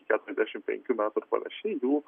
keturiasdešimt penkių metų ir panašiai jų